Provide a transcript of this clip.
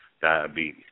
diabetes